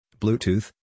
Bluetooth